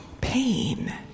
pain